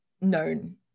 known